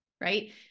right